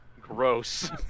Gross